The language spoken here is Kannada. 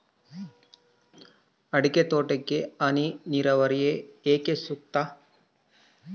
ಅಡಿಕೆ ತೋಟಕ್ಕೆ ಹನಿ ನೇರಾವರಿಯೇ ಏಕೆ ಸೂಕ್ತ?